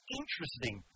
interesting